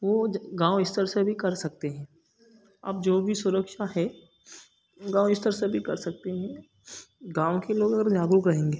वो ज गाँव स्तर से भी कर सकते हैं अब जो भी सुरक्षा है गाँव स्तर से भी कर सकते हैं गाँव के लोग अगर जागरुक रहेंगे